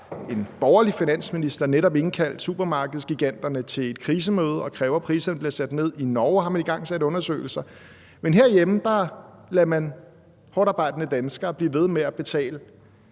en borgerlig finansminister netop indkaldt supermarkedsgiganterne til et krisemøde og kræver, at priserne bliver sat ned. I Norge har man igangsat undersøgelser. Men herhjemme lader man hårdtarbejdende danskere blive ved med at betale